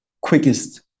quickest